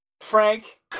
Frank